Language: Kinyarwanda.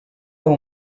aho